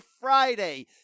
Friday